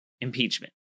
impeachment